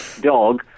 dog